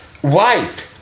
white